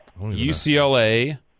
UCLA